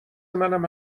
منم